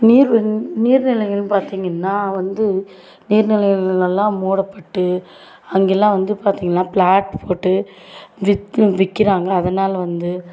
நீர் வந் நீர்நிலைகள்னு பார்த்தீங்கன்னா வந்து நீர்நிலைகள்லாம் மூடப்பட்டு அங்கெல்லாம் வந்து பார்த்தீங்கன்னா ஃப்ளாட் போட்டு விற்று விற்கிறாங்க அதனால் வந்து